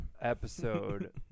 episode